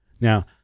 now